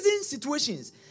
situations